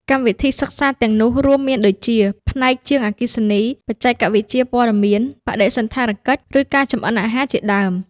កម្មវិធីសិក្សាទាំងនោះរួមមានដូចជា ផ្នែកជាងអគ្គិសនី បច្ចេកវិទ្យាព័ត៌មាន បដិសណ្ឋារកិច្ច ឬការចម្អិនអាហារជាដើម។